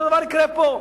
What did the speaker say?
אותו דבר יקרה פה,